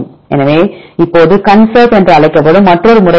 எனவே இப்போது கான்சர்ஃப் என்று அழைக்கப்படும் மற்றொரு முறை உள்ளது